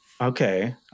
Okay